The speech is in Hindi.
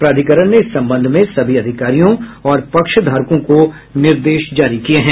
प्राधिकरण ने इस संबंध में सभी अधिकारियों और पक्षधारकों को निर्देश जारी किए हैं